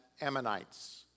Ammonites